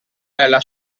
mela